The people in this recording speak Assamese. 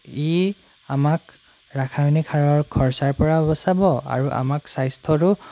ই আমাক ৰাসায়নিক সাৰৰ খৰচাৰপৰাও বচাব আৰু আমাক স্বাস্থ্যৰো